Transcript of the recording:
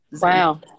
wow